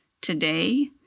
today